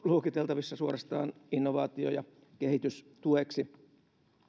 luokiteltavissa suorastaan innovaatio ja kehitystueksi